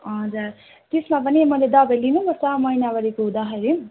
हजुर त्यसमा पनि मैले दबाई लिनुपर्छ महिनावारीको हुँदाखेरि पनि